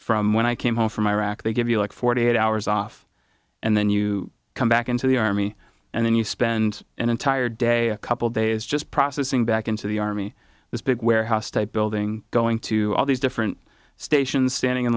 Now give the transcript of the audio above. from when i came home from iraq they give you like forty eight hours off and then you come back into the army and then you spend an entire day a couple days just processing back into the army this big warehouse state building going to all these different stations standing in